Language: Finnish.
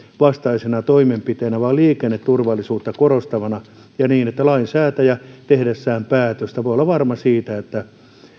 vastaisena toimenpiteenä vaan liikenneturvallisuutta korostavana niin että lainsäätäjä tehdessään päätöstä voi olla varma siitä että